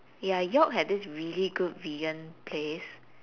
ya york had this really good vegan place